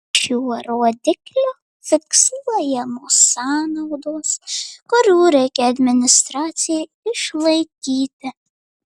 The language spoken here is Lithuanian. šiuo rodikliu fiksuojamos sąnaudos kurių reikia administracijai išlaikyti